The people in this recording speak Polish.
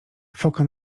foka